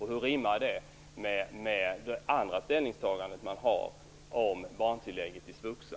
Hur rimmar detta med kds andra ställningstagande om barntillägget i svuxa?